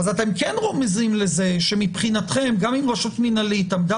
אתם כן רומזים לזה שמבחינתכם גם אם רשות מנהלית עמדה